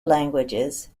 languages